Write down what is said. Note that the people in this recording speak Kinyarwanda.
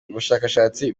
bushakashatsi